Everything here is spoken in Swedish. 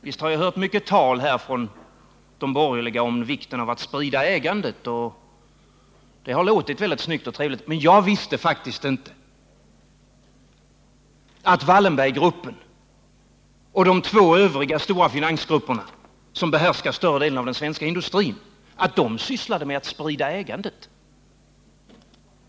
Visst harjag hört mycket tal från de borgerliga om vikten att sprida ägandet, och det har låtit väldigt trevligt. Men jag visste faktiskt inte att Wallenberggruppen och de två övriga stora finansgrupperna, som behärskar större delen av den svenska industrin, sysslade med att sprida ägandet.